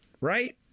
Right